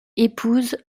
épouse